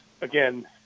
again